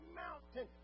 mountain